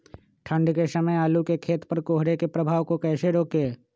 ठंढ के समय आलू के खेत पर कोहरे के प्रभाव को कैसे रोके?